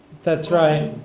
that's right.